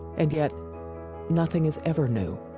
and yet nothing is ever new.